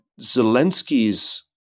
Zelensky's